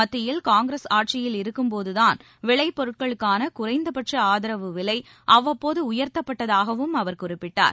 மத்தியில் காங்கிரஸ் ஆட்சியில் இருக்கும்போதுதான் விளை பொருட்களுக்கான குறைந்தபட்ச ஆதரவு விலை அவ்வப்போது உயர்த்தப்பட்டதாகவும் அவர் குறிப்பிட்டார்